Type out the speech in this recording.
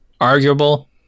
Arguable